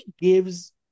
gives